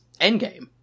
Endgame